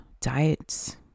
diets